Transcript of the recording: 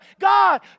God